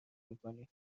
میکنی